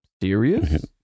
serious